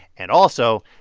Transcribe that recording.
and also,